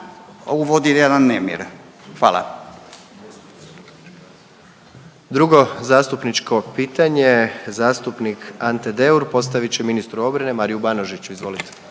Gordan (HDZ)** 2. zastupničko pitanje zastupnik Ante Deur postavit će ministru obrane Mariju Banožiću, izvolite.